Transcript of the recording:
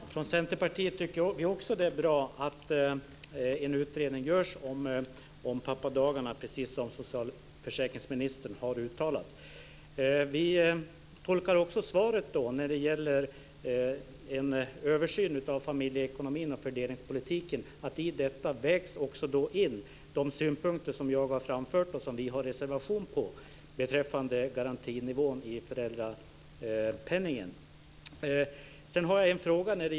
Fru talman! Vi i Centerpartiet tycker också att det är bra att det görs en utredning om pappadagarna, precis som socialförsäkringsministern har uttalat. När det gäller en översyn av familjeekonomin och fördelningspolitiken tolkar vi svaret så att man också väger in de synpunkter som jag har framfört och som finns i vår reservation beträffande garantinivån i föräldrapenningen.